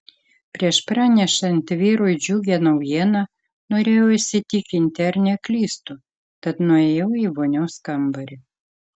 prieš pranešant vyrui džiugią naujieną norėjau įsitikinti ar neklystu tad nuėjau į vonios kambarį